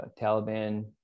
Taliban